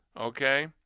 Okay